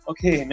Okay